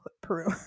Peru